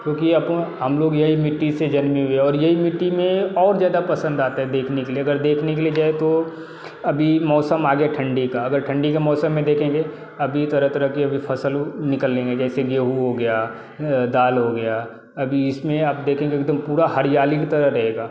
क्योंकि या तो हम लोग यही मिट्टी से जानेंगे और यही मिट्टी में और ज़्यादा पसंद आते हैं देखने के लिए अगर देखने के लिए जाए तो अभी मौसम आगे ठंडी का अगर ठंडी का मौसम में देखेंगे अभी तरह तरह के अभी फसल निकलेंगे जैसे गेहूं हो गया दाल हो गया अभी इसमें आप देखेंगे एक दम पुरी हरियाली की तरह रहेगा